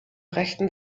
rechten